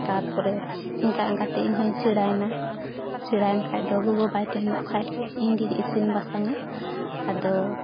ᱛᱟᱨᱯᱚᱨᱮ ᱚᱱᱠᱟ ᱚᱱᱠᱟᱛᱮ ᱤᱧ ᱦᱚᱸᱧ ᱥᱮᱬᱟᱭᱮᱱᱟ ᱥᱮᱬᱟᱭᱮᱱ ᱠᱷᱟᱱ ᱫᱚ ᱜᱚᱜᱚ ᱵᱟᱭ ᱛᱟᱦᱮᱱ ᱠᱷᱟᱱ ᱤᱧᱜᱤᱧ ᱤᱥᱤᱱ ᱵᱟᱥᱟᱝᱟ ᱟᱫᱚ